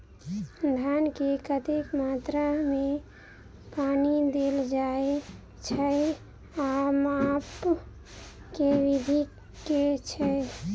धान मे कतेक मात्रा मे पानि देल जाएँ छैय आ माप केँ विधि केँ छैय?